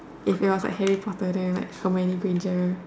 if it was like Harry Potter then like how many danger